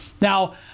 Now